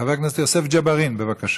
חבר הכנסת יוסף ג'בארין, בבקשה.